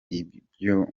ibyo